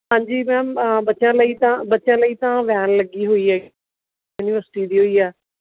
ਹਾਂਜੀ ਮੈਮ ਅ ਬੱਚਿਆਂ ਲਈ ਤਾਂ ਬੱਚਿਆਂ ਲਈ ਤਾਂ ਵੈਨ ਲਗੀ ਹੋਈ ਹੈ ਯੂਨੀਵਰਸਿਟੀ ਦੀ ਹੀ ਆ